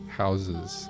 houses